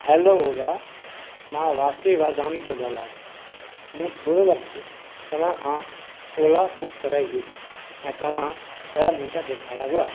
hello Ola मां वाष्ती वाधाणी थो ॻाल्हायां मूं थोरो वक़्तु तव्हांखां ओला बुक कराई हुई ऐं तव्हां ॾह मिंट ॾेखारिया हुआ